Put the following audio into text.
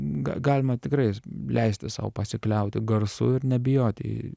g galima tikrai leisti sau pasikliauti garsu ir nebijoti